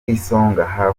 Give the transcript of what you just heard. isonga